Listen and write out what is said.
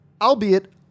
albeit